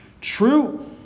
True